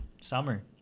Summer